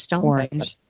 orange